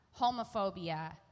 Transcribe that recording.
homophobia